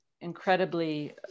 incredibly